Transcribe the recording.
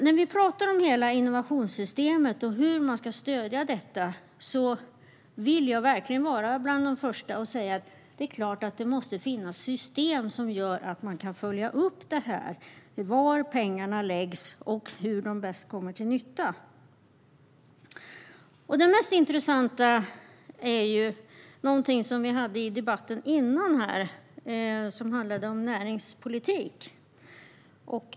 När vi pratar om hela innovationssystemet och hur man ska stödja detta vill jag verkligen vara bland de första att säga: Det är klart att det måste finnas system som gör att man kan följa upp detta, var pengarna läggs och hur de bäst kommer till nytta. Det mest intressanta är någonting som vi tog upp i den tidigare debatten, som handlade om näringspolitik.